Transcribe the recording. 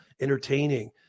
entertaining